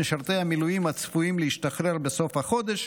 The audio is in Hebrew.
משרתי המילואים הצפויים להשתחרר בסוף החודש,